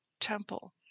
temple